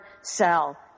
sell